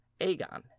Aegon